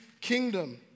kingdom